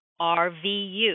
rvu